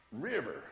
river